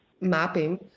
mapping